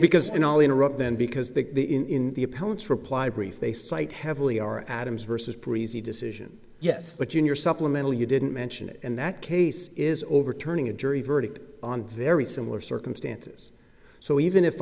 because in all interrupt them because they in the appellants reply brief they cite heavily or adams versus breezy decision yes but you're supplemental you didn't mention it in that case is overturning a jury verdict on very similar circumstances so even if